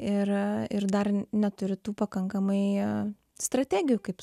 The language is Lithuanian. ir ir dar neturi tų pakankamai strategijų kaip